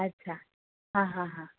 अच्छा हां हां हां